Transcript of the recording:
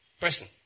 person